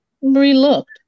re-looked